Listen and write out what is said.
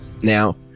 Now